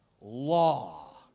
law